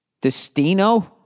Destino